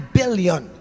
billion